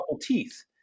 teeth